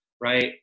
right